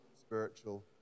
spiritual